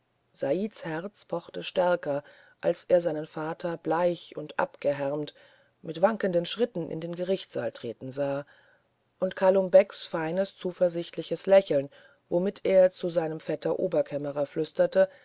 saids herz pochte stärker als er seinen vater bleich und abgehärmt mit wankenden schritten in den gerichtssaal treten sah und kalum becks feines zuversichtliches lächeln womit er zu seinem vetter oberkämmerer flüsterte